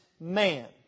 man